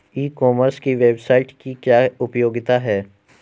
E commerce की website की क्या उपयोगिता है?